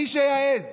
מי שיעז